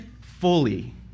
fully